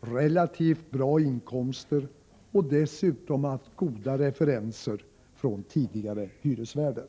relativt bra inkomster och dessutom har haft goda referenser från tidigare hyresvärdar.